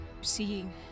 seeing